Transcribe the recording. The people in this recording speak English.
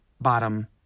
bottom